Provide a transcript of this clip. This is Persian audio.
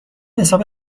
حساب